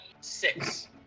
Six